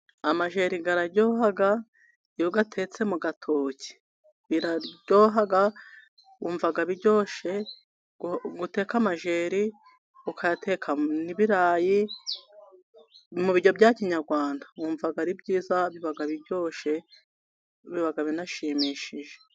Amajeri araryo iyo atetse mu gatoki .Biraryoha wumva biryoshe guteka ,amajeri ukayateka mu birayi mu biryo bya kinyarwanda ,wumva ari byiza biba biryoshe biba binashimishije.